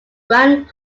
grand